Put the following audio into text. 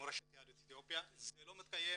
מורשת יהדות אתיופיה, זה לא מתקיים